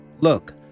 Look